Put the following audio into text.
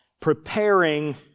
Preparing